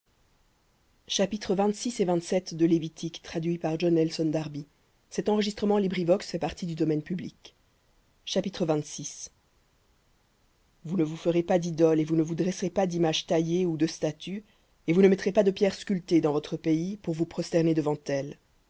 et vous ne vous ferez pas d'idoles et vous ne vous dresserez pas d'image taillée ou de statue et vous ne mettrez pas de pierre sculptée dans votre pays pour vous prosterner devant elles